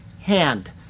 hand